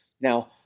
Now